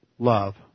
Love